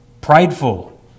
prideful